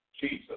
Jesus